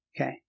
Okay